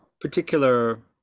particular